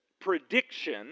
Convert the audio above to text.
prediction